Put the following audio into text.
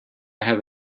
have